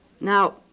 Now